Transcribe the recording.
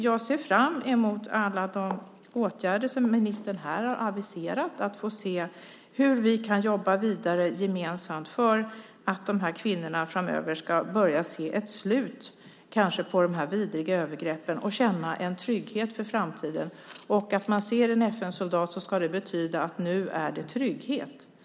Jag ser fram emot alla de åtgärder som ministern har aviserat och att få se hur vi kan jobba vidare gemensamt för att de här kvinnorna kanske framöver ska börja se ett slut på de här vidriga övergreppen och känna en trygghet inför framtiden. Ser man en FN-soldat ska det betyda att det nu är trygghet som gäller.